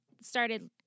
started